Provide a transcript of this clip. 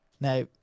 Now